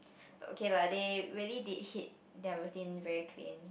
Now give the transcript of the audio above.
but okay lah they really did hit their routine very clean